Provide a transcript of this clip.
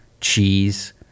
cheese